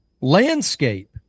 landscape